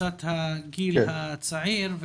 קבוצת הגיל הצעיר,